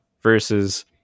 versus